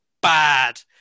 bad